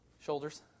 shoulders